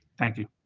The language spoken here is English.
thank you.